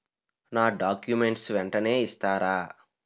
నా డాక్యుమెంట్స్ వెంటనే ఇస్తారా?